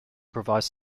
provides